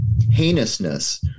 heinousness